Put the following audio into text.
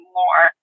more